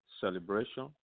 celebration